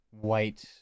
white